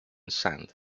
sand